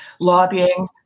lobbying